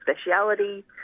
speciality